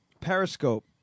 Periscope